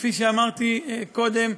כפי שאמרתי קודם,